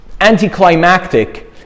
anticlimactic